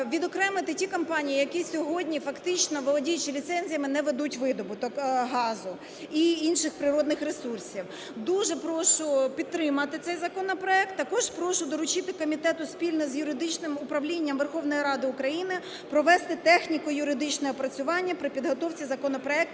відокремити ті компанії, які сьогодні фактично, володіючи ліцензіями, не ведуть видобуток газу і інших природних ресурсів. Дуже прошу підтримати цей законопроект. Також прошу доручити комітету спільно з Юридичним управлінням Верховної Ради України провести техніко-юридичне опрацювання при підготовці законопроекту